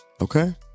Okay